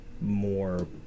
more